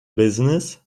business